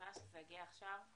שיגיע עכשיו,